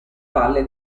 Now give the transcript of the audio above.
valle